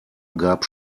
gab